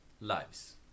lives